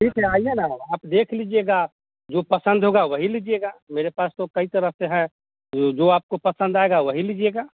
ठीक है आइए न आप देख लीजिएगा जो पसंद होगा वही लीजिएगा मेरे पास तो कई तरह से हैं जो जो आपको पसंद आएगा वही लीजिएगा